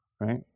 right